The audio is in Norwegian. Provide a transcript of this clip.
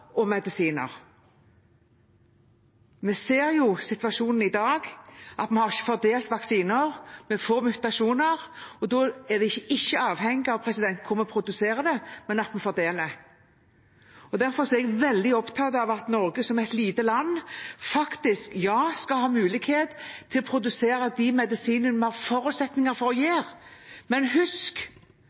og medisiner. Vi ser situasjonen i dag: Vi har ikke fordelt vaksiner, vi får mutasjoner, og da er vi ikke avhengig av hvor vi produserer, men at vi fordeler. Derfor er jeg veldig opptatt av at Norge som et lite land faktisk skal ha mulighet til å produsere de medisinene vi har forutsetninger for å produsere. Men husk